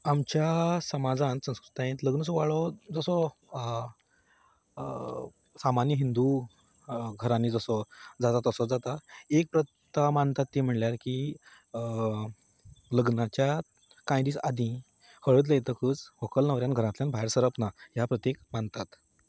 आमच्या समाजांत संस्कृतायेंत लग्न सुवाळो जसो सामान्य हिंदू घरांनी जसो जाता तसो जाता एक तरा मानतात ती म्हणल्यार की लग्नाच्या कांय दीस आदीं हळद लायतकच व्हंकल न्हवऱ्यान भायर सरप ना ह्या पद्दतीक मानतात